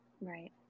Right